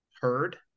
heard